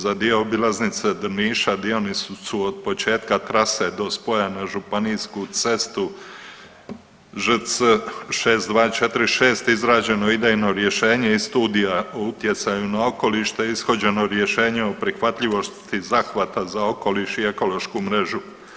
Za dio obilaznice Drniša dionice su od početka transe do spoja na županijsku cestu ŽC-6246 izrađeno je idejno rješenje i Studija utjecaja na okoliš, te ishođeno rješenje o prihvatljivosti zahvata za okoliš i ekološku mrežu.